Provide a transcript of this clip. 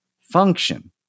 Function